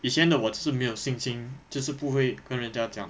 以前的我就是没有信心就是不会跟人家讲